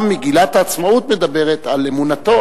גם מגילת העצמאות מדברת על אמונתו,